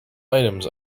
items